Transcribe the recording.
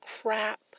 crap